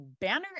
Banner